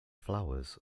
flowers